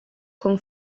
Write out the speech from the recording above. con